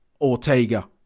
Ortega